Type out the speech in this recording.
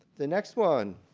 the next one,